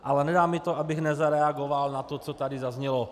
Ale nedá mi to, abych nezareagoval na to, co tady zaznělo.